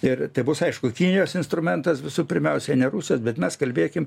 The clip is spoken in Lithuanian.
ir tai bus aišku kinijos instrumentas visų pirmiausiai ne rusijos bet mes kalbėkim